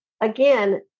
Again